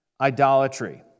idolatry